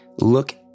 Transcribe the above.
look